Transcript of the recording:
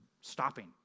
Stopping